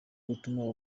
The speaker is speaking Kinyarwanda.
gutuma